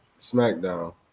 smackdown